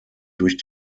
durch